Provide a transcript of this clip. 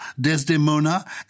Desdemona